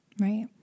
Right